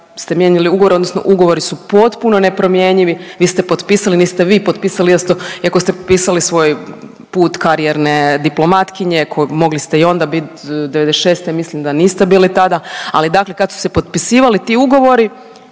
ugovori su potpuno nepromjenjivi, vi ste potpisali, niste vi potpisali, iako ste pisali svoj put karijerne diplomatkinje, mogli ste i onda bit, '96. mislim da niste bili tada, ali dakle kad su se potpisivali ti ugovori,